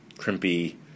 crimpy